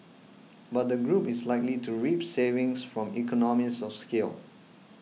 but the group is likely to reap savings from economies of scale